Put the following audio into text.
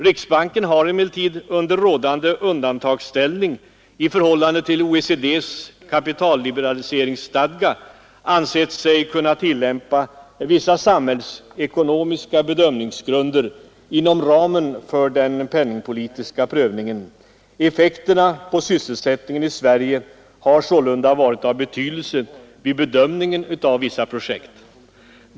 Riksbanken har emellertid under rådande undantagsställning i förhållande till OECD:s kapitalliberaliseringsstadga ansett sig kunna tillämpa vissa samhällsekonomiska bedömningsgrunder inom ramen för den penningpolitiska prövningen. Effekterna på sysselsättningen i Sverige har sålunda varit av betydelse vid bedömningen av vissa projekt.